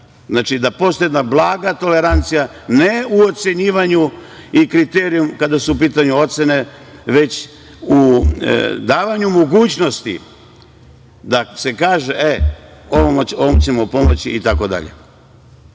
itd. Znači, da postoji jedna blaga tolerancija ne u ocenjivanju i kriterijumu kada su u pitanju ocene, već u davanju mogućnosti da se kaže – ovome ćemo pomoći itd. Šta je